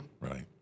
Right